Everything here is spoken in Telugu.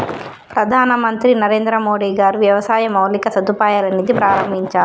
ప్రధాన మంత్రి నరేంద్రమోడీ గారు వ్యవసాయ మౌలిక సదుపాయాల నిధి ప్రాభించారు